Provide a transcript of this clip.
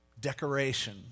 decoration